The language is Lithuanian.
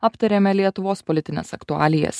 aptarėme lietuvos politines aktualijas